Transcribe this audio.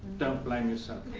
don't blame yourself.